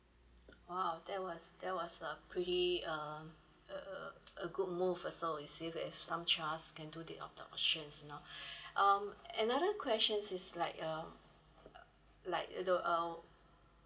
!wow! that was that was a pretty uh a a a good move also you say if some child can do the adoptions you know um another questions is like um uh like you know um